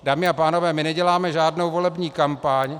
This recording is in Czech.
Dámy a pánové, my neděláme žádnou volební kampaň.